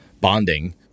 bonding